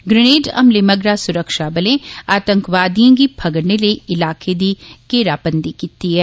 grenade हमले मगरा सुरक्षा बले आतंकवादिए गी फगड़ने लेई इलाके दी घेराबंदी कीती ऐ